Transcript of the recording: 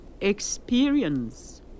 experience